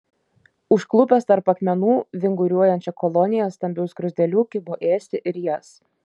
užklupęs tarp akmenų vinguriuojančią koloniją stambių skruzdėlių kibo ėsti ir jas